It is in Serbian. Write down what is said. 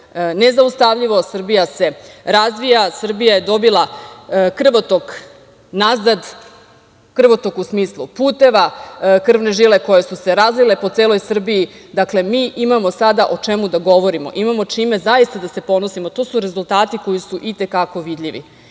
nezaustavljivo, Srbija se razvija, Srbija je dobila krvotok nazad, krvotok u smislu puteva, krvne žile koje su se razlile po celoj Srbiji. Dakle, mi imamo sada o čemu da govorimo i zaista imamo čime da se ponosimo, to su rezultati koji su i te kako vidljivi. Više